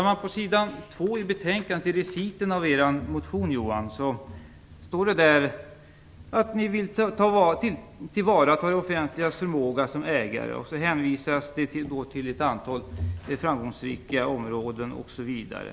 I reciten vad gäller Vänsterpartiets motion heter det på s. 2, Johan Lönnroth, att ni vill tillvarata det offentligas förmåga som ägare. Det hänvisas till ett antal framgångsrika områden osv.